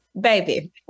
baby